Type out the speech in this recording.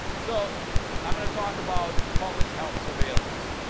so i'm gonna talk about public health surveillance.